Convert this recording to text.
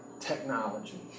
technology